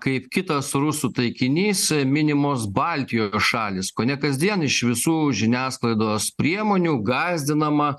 kaip kitas rusų taikinys minimos baltijos šalys kone kasdien iš visų žiniasklaidos priemonių gąsdinama